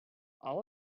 all